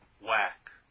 whack